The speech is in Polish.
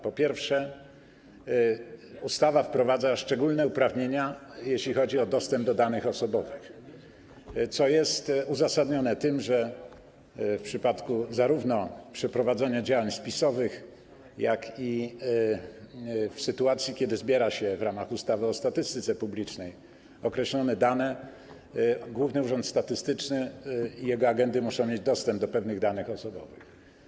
Po pierwsze, ustawa wprowadza szczególne uprawnienia, jeśli chodzi o dostęp do danych osobowych, co jest uzasadnione tym, że zarówno w przypadku przeprowadzenia działań spisowych, jak i w sytuacji, kiedy zbiera się w ramach ustawy o statystyce publicznej określone dane, Główny Urząd Statystyczny i jego agendy muszą mieć dostęp do pewnych danych osobowych.